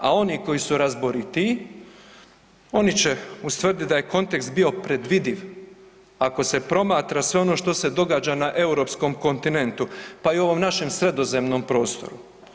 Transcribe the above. A oni koji su razboritiji oni će ustvrditi da je kontekst bio predvidiv, ako se promatra sve ono što se događa na europskom kontinentu, pa i u ovom našem sredozemnom prostoru.